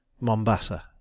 Mombasa